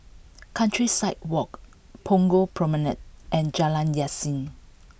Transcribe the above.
countryside walk Punggol Promenade and Jalan Yasin